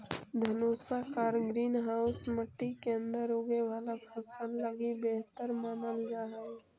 धनुषाकार greenhouse मट्टी के अंदर उगे वाला फसल लगी बेहतर मानल जा हइ